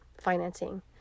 financing